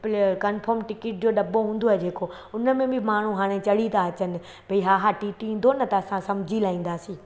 confirm ticket जो डॿो हूंदो आहे जेको उन में बि माण्हू हाणे चढ़ी था अचनि भई हा टी टी ईंदो न त असां सम्झी लाहींदासीं